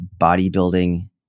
bodybuilding